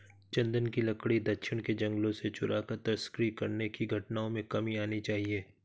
चन्दन की लकड़ी दक्षिण के जंगलों से चुराकर तस्करी करने की घटनाओं में कमी आनी चाहिए